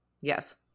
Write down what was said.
Yes